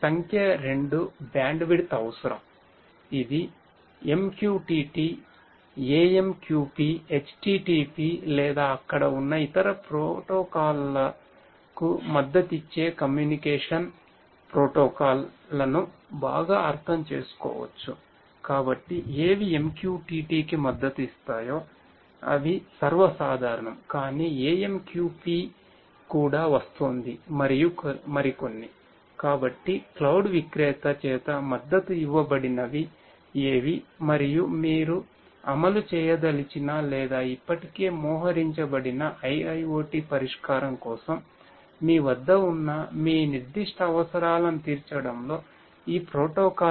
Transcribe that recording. సంఖ్య రెండు బ్యాండ్విడ్త్ అవసరం ఇది MQTT AMQP HTPP లేదా అక్కడ ఉన్న ఇతర ప్రోటోకాల్ల లు ఏవి మీకు సహాయపడతాయి